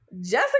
Jessica